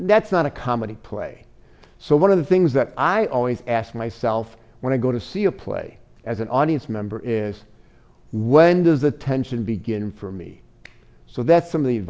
that's not a comedy play so one of the things that i always ask myself when i go to see a play as an audience member is when does the tension begin for me so that some of the